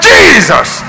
Jesus